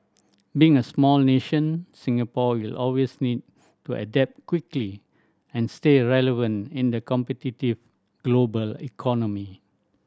being a small nation Singapore will always need to adapt quickly and stay relevant in the competitive global economy